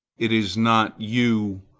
it is not you,